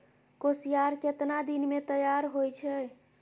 कोसियार केतना दिन मे तैयार हौय छै?